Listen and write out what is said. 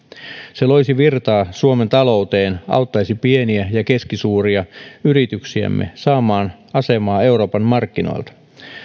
se loisi virtaa suomen talouteen auttaisi pieniä ja keskisuuria yrityksiämme saamaan asemaa euroopan markkinoilta